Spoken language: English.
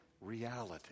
reality